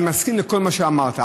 אני מסכים לכל מה שאמרת,